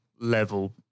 level